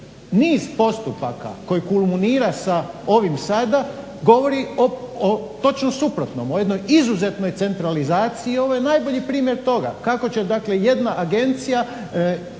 Niz postupaka koji kulminira ovim sada govori o točno suprotnom, o jednoj izuzetnoj centralizaciji. I ovo je najbolji primjer toga kako će dakle jedna agencija